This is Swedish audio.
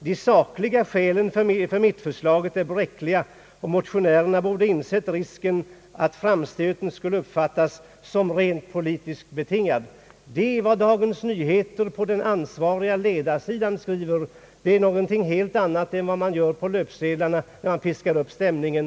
De sakliga skälen för mittförslaget är bräckliga och motionärerna borde insett risken att framstöten skulle uppfattas som rent politiskt betingad.» Det är vad Dagens Nyheter på den ansvariga ledarsidan skriver. Det är någonting helt annat än vad man slår upp på löpsedlarna, där man piskar upp stämningen.